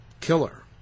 Killer